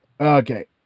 Okay